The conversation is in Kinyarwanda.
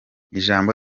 ijambo